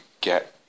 get